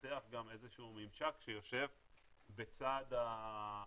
לפתח גם איזה שהוא ממשק שיושב בצד הלקוח,